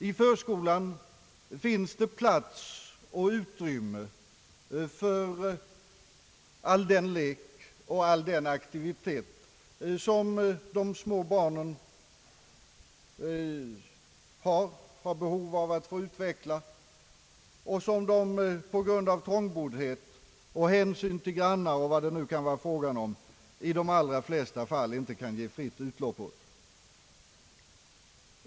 I förskolan finns det plats och utrymme för all den lek och all den aktivitet som de små barnen har behov av att få utveckla och som de på grund av trångboddhet och hänsyn till grannar i de allra flesta fall inte kan ge fritt utlopp åt.